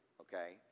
okay